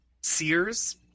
Sears